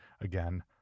Again